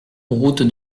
route